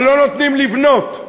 אבל לא נותנים לבנות.